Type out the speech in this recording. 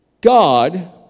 god